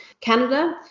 Canada